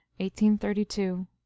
1832